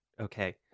okay